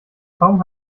kaum